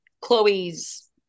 Chloe's